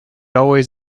always